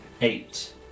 eight